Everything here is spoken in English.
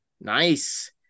Nice